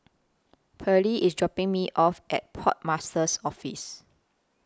Pearly IS dropping Me off At Port Master's Office